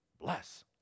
Bless